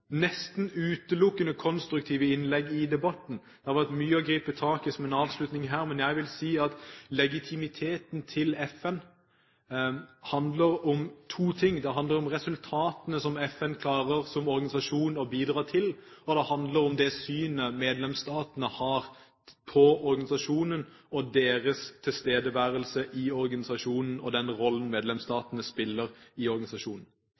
nesten utelukkende konstruktive innlegg i debatten. Det hadde vært mye å gripe tak i som en avslutning her, men jeg vil si at legitimiteten til FN handler om to ting: Det handler om resultatene som FN som organisasjon klarer å bidra til, og det handler om det synet medlemsstatene har på organisasjonen, deres tilstedeværelse i organisasjonen og den rollen medlemsstatene spiller i organisasjonen.